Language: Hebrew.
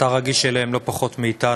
שאתה רגיש להם לא פחות מאתנו.